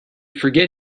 forget